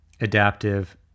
adaptive